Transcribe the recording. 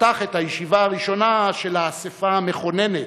פתח את הישיבה הראשונה של האספה המכוננת,